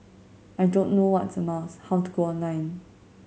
I don't know what's a mouse how to go online